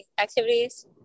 activities